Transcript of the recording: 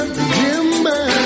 remember